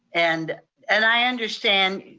and and i understand,